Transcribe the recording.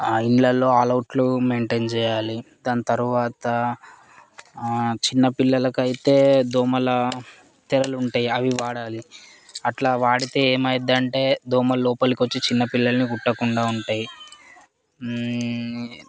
ఇళ్ళల్లో ఆల్ఔట్లు మెయిన్టేన్ చేయాలి దాని తరువాత చిన్నపిల్లలకు అయితే దోమల తెరలు ఉంటాయి అవి వాడాలి అట్లా వాడితే ఏమైద్ది అంటే దోమలు లోపలికి వచ్చి చిన్నపిల్లలను కుట్టకుండా ఉంటాయి